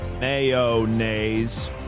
Mayonnaise